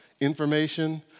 information